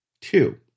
two